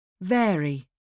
Vary